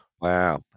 Wow